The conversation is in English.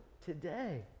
today